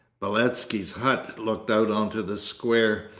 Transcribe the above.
beletski's hut looked out onto the square.